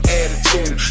attitude